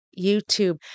YouTube